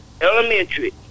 Elementary